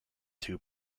two